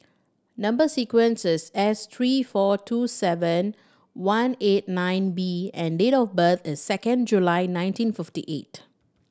number sequence is S three four two seven one eight nine B and date of birth is second July nineteen fifty eight